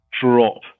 drop